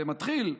זה מתחיל,